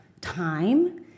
time